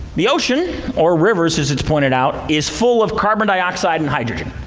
the ocean or rivers, as it's pointed out, is full of carbon dioxide and hydrogen.